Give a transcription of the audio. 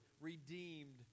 redeemed